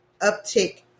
uptick